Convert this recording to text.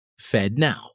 FedNow